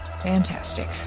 Fantastic